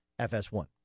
FS1